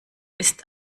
ist